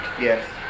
Yes